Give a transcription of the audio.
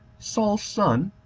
saul's son,